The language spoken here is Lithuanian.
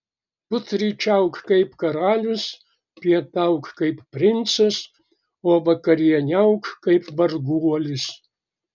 pusryčiauk kaip karalius pietauk kaip princas o vakarieniauk kaip varguolis